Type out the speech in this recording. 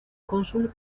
cónsul